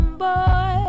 boy